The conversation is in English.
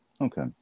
Okay